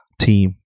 team